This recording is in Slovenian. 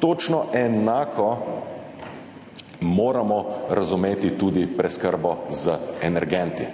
Točno enako moramo razumeti tudi preskrbo z energenti.